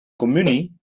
communie